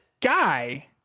guy